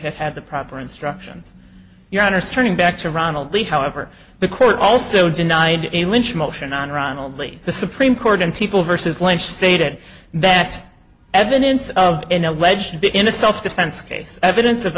had the proper instructions your honour's turning back to ronald lee however the court also denied a lynch motion on ronald lee the supreme court in people versus lynch stated that evidence of an alleged to be in a self defense case evidence of